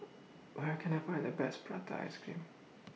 Where Can I Find The Best Prata Ice Cream